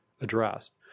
addressed